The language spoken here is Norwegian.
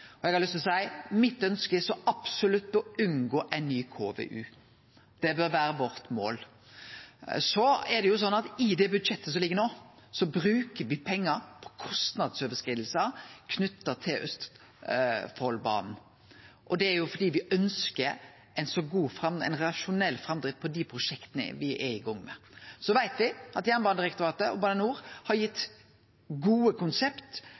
Eg har lyst til å seie: Mitt ønske er så absolutt å unngå ei ny KVU. Det bør vere målet vårt. I det budsjettet som ligg nå, bruker vi pengar på kostnadsoverskridingar knytte til Østfoldbanen. Det er fordi me ønskjer ein rasjonell framdrift på dei prosjekta me er i gang med. Så veit me at Jernbanedirektoratet og Bane NOR har gitt gode konsept